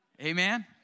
Amen